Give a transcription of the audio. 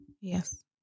Yes